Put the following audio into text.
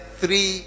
three